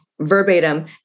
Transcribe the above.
verbatim